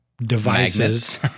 devices